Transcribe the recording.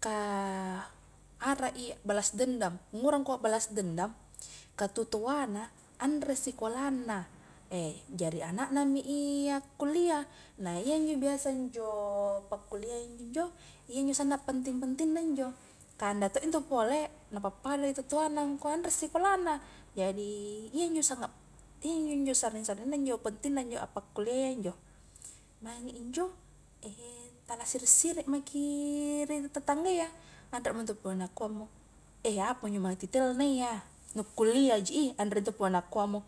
Kah arai balas dendam, ngura ngkua balas dendam kah tu toana anre sikolanna eh, jari ana na mi i akkuliah, nah iyanjo biasa njo pakkuliah injo njo iyanjo sanna penting-pentingna njo, kah anda to intu pole napappada tu toanna angkua anre sikolana, jadi iyanjo sanna, iyanjo njo sarring-sarringna injo pentingna njo appakkulia ia njo, maing injo ehe tala siri-siri maki ri tetangga iyaanremo ntu punna kuammo, eh apa njo mae titelna iya nu kulliah ji i, anremo ntu punna nakuamo